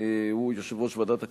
הוא יושב-ראש ועדת הכספים,